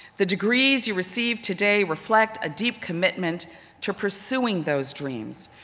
the degrees you receive today reflect a deep commitment to pursuing those dreams.